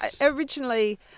originally